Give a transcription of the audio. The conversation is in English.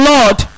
Lord